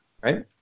right